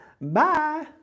Bye